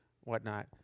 whatnot